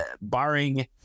barring